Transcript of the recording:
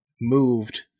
moved